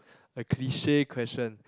a cliche question